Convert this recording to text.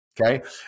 okay